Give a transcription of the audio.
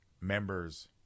members